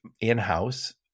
in-house